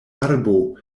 arbo